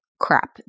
crap